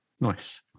nice